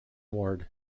ward